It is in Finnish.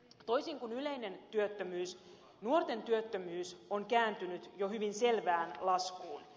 toisin kuin yleinen työttömyys nuorten työttömyys on kääntynyt jo hyvin selvään laskuun